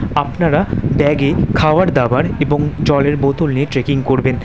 আপনারা ব্যাগে খাওয়ার দাবার এবং জলের বোতল নিয়ে ট্রেকিং করবেন